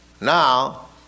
Now